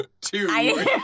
two